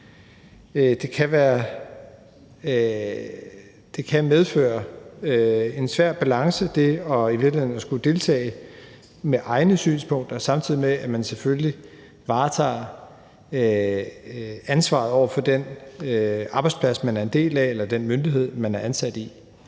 Det kan medføre en svær balancegang, altså i virkeligheden det at skulle deltage med egne synspunkter, samtidig med at man selvfølgelig varetager ansvaret over for den arbejdsplads, man er en del af, eller den myndighed, man er ansat i.